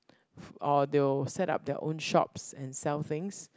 f~ or they will set up their own shops and sell things